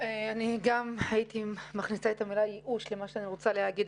גם הייתי מכניסה את המילה ייאוש למה שאני רוצה להגיד.